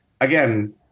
again